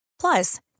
Plus